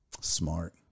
Smart